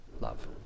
love